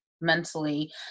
mentally